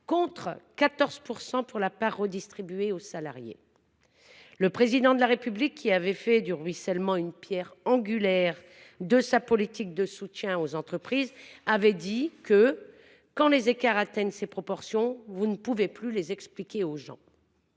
contre 14 % pour la part redistribuée aux salariés. Le Président de la République, qui a fait du ruissellement une pierre angulaire de sa politique de soutien aux entreprises, a déclaré que, lorsque les écarts atteignent de telles proportions, on ne peut plus les expliquer. En